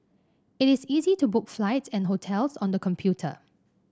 it is easy to book flights and hotels on the computer